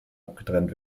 abgetrennt